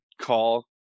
call